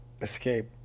escape